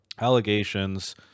allegations